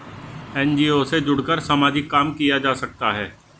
NGO से जुड़कर सामाजिक काम किया जा सकता है